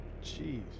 Jeez